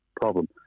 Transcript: problem